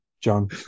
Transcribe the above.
John